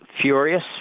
furious